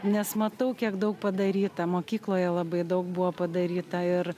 nes matau kiek daug padaryta mokykloje labai daug buvo padaryta ir